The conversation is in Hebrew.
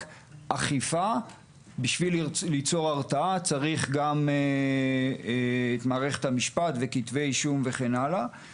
כדי ליצור הרתעה צריך גם את מערכת המשפט בהגשת כתבי אישום וכן הלאה.